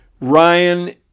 Ryan